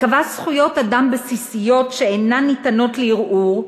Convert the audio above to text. קבע זכויות אדם בסיסיות שאינן ניתנות לערעור,